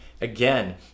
again